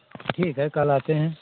ठीक है कल आते हैं